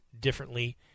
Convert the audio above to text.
differently